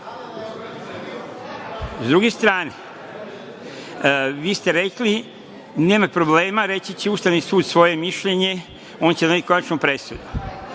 druge stane, vi ste rekli, nema problema, reći će Ustavni sud svoje mišljenje, on će doneti konačnu presudu.